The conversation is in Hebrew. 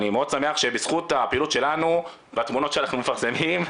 אני מאוד שמח שבזכות הפעילות שלנו והתמונות שאנחנו מפרסמים,